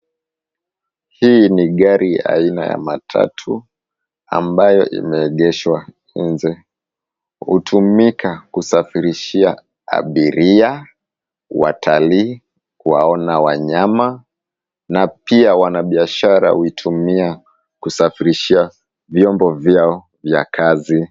Hii ni gari aina ya matatu ambayo imeegeshwa nje, hutumika kusafirishia abiria, watalii kuwaona wanyama na pia wanabiashara huitumia kusafirishia vyombo vyao vya kazi.